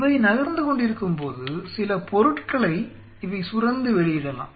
இவை நகர்ந்து கொண்டிருக்கும்போது சில பொருட்களை இவை சுரந்து வெளியிடலாம்